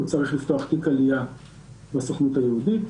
הוא צריך לפתוח תיק עלייה בסוכנות היהודית,